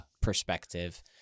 perspective